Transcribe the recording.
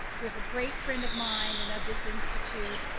we have a great friend of mine and of this institute,